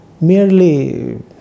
merely